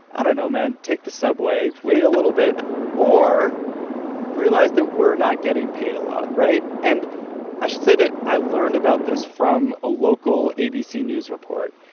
i don't know, man take the subway, wait a little bit or realize that we're not getting paid a lot, right? and i should say that i learned about this from a local abc news report.